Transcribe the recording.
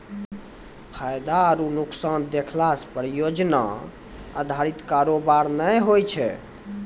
फायदा आरु नुकसान देखला से परियोजना अधारित कारोबार नै होय छै